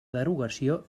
derogació